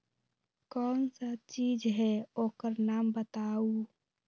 कौन सा चीज है ओकर नाम बताऊ?